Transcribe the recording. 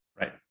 Right